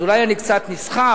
אז אולי אני קצת נסחף,